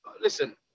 listen